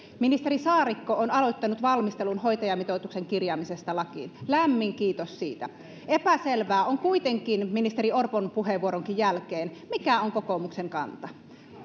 ministeri saarikko on aloittanut valmistelun hoitajamitoituksen kirjaamisesta lakiin lämmin kiitos siitä epäselvää on kuitenkin ministeri orpon puheenvuoronkin jälkeen mikä on kokoomuksen kanta